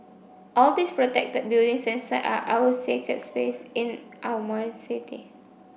all these protected buildings and sites are our sacred space in our modern city